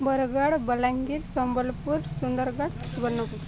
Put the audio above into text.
Bargarh Balangir Sambalpur Sundargarh Subarnapur